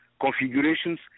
Configurations